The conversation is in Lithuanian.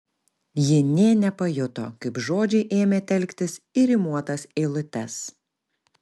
ji nė nepajuto kaip žodžiai ėmė telktis į rimuotas eilutes